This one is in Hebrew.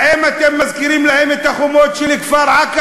האם אתם מזכירים להם את החומות של כפר-עקב,